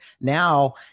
now